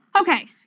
Okay